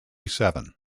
seven